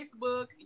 Facebook